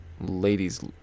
ladies